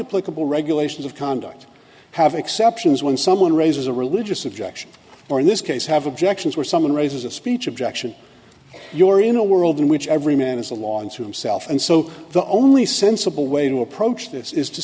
applicable regulations of conduct have exceptions when someone raises a religious objection or in this case have objections were someone raises a speech objection you're in a world in which every man is a law unto himself and so the only sensible way to approach this is to